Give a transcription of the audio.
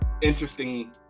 interesting